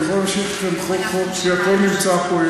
אני יכול להמשיך כאן חוק-חוק, כי הכול נמצא פה.